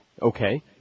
Okay